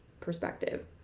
perspective